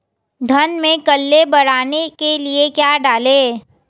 धान में कल्ले बढ़ाने के लिए क्या डालें?